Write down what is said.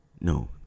No